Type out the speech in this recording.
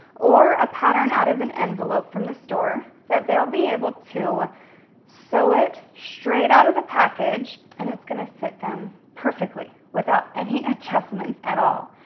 or a pattern out of an envelope from the store that they'll be able to sow it straight out of the package and it's gonna fit them perfectly without any adjustments at all.